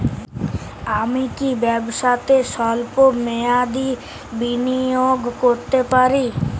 আমি কি ব্যবসাতে স্বল্প মেয়াদি বিনিয়োগ করতে পারি?